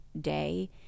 day